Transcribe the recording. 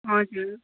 हजुर